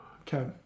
okay